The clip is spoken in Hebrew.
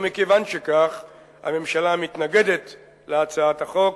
ומכיוון שכך הממשלה מתנגדת להצעת החוק,